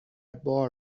بار